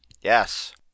Yes